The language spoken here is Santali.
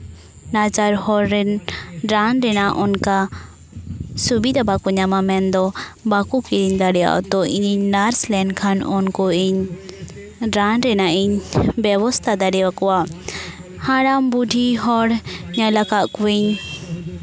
ᱱᱟᱪᱟᱨ ᱦᱚᱲ ᱨᱮᱱ ᱨᱟᱱ ᱨᱮᱱᱟᱜ ᱚᱱᱠᱟ ᱥᱩᱵᱤᱫᱷᱟ ᱵᱟᱠᱚ ᱧᱟᱢᱟ ᱢᱮᱱᱫᱚ ᱵᱟᱠᱚ ᱠᱤᱨᱤᱧ ᱫᱟᱲᱮᱭᱟᱜᱼᱟ ᱛᱚ ᱤᱧᱤᱧ ᱱᱟᱨᱥ ᱞᱮᱱᱠᱷᱟᱱ ᱩᱱᱠᱩ ᱤᱧ ᱨᱟᱱ ᱨᱮᱱᱟᱜ ᱤᱧ ᱵᱮᱵᱚᱥᱛᱷᱟ ᱫᱟᱲᱮᱣᱟᱠᱚᱣᱟ ᱦᱟᱲᱟᱢ ᱵᱩᱰᱷᱤ ᱦᱚᱲ ᱧᱮᱞᱟᱠᱟᱫ ᱠᱚᱣᱟᱧ